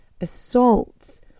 Assaults